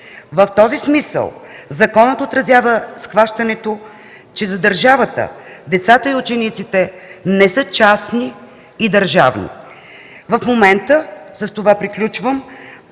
В този смисъл законът отразява схващането, че за държавата децата и учениците не са частни и държавни. В момента, и с това приключвам,